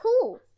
Cool